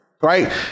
right